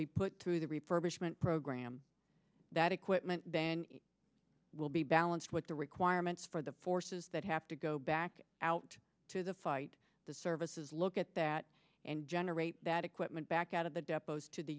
be put through the refurbishment program that equipment then will be balanced with the requirements for the forces that have to go back out to the fight the services look at that and generate that equipment back out of the